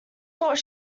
thought